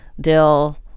dill